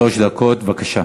שלוש דקות, בבקשה.